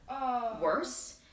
worse